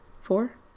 four